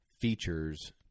Features